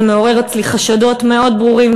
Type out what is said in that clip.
זה מעורר אצלי חשדות מאוד ברורים,